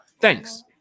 Thanks